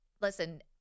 listen